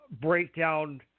breakdown